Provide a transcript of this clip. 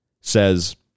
says